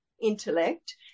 intellect